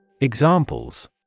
Examples